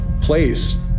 place